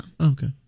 okay